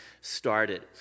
started